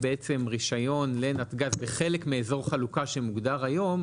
רישיון לנתג"ז כחלק מאזור חלוקה שמוגדר היום,